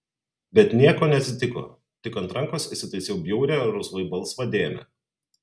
bet nieko neatsitiko tik ant rankos įsitaisiau bjaurią rausvai balsvą dėmę